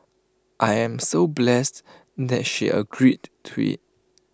I am so blessed that she agreed to IT